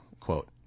quote